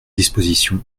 disposition